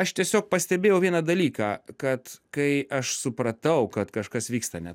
aš tiesiog pastebėjau vieną dalyką kad kai aš supratau kad kažkas vyksta ne